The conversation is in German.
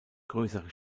größere